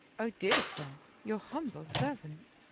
o dear sir, your humble servant.